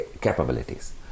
capabilities